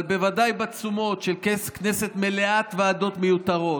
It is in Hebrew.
אבל בוודאי בתשומות של כנסת מלאת ועדות מיותרות,